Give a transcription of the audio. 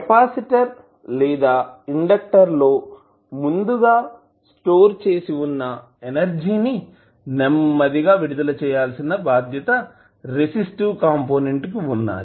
capacitor లేదా inductor లో ముందుగా స్టోర్ చేసి వున్నా ఎనర్జీ ని నెమ్మదిగా విడుదల చేయాల్సిన బాధ్యత రెసిస్టివ్ కంపోనెంట్ కు వున్నది